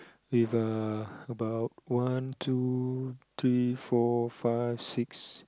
we've uh about about one two three four five six